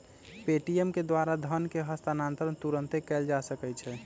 Paytm के द्वारा धन के हस्तांतरण तुरन्ते कएल जा सकैछइ